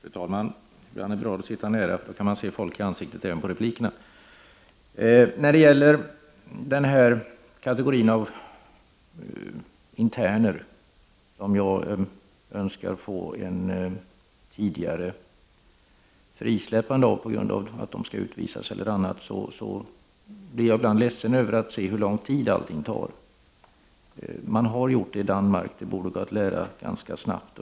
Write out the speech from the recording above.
Fru talman! Ibland är det bra att sitta nära, för då kan man se folk i ansiktet även under replikerna. När det gäller den kategori interner för vilka jag önskar få ett tidigare frisläppande på grund av att de skall utvisas — eller av annan anledning — blir jag ibland ledsen över att se hur lång tid allting tar. Man har gjort så här i Danmark. Det borde gå att lära sig detta ganska snart.